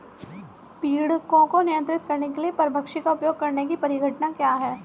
पीड़कों को नियंत्रित करने के लिए परभक्षी का उपयोग करने की परिघटना क्या है?